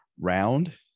Round